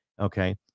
okay